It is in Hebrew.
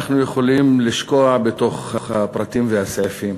אנחנו יכולים לשקוע בתוך הפרטים והסעיפים.